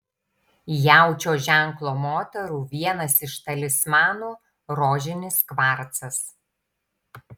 jaučio ženklo moterų vienas iš talismanų rožinis kvarcas